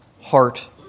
heart